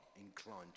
inclined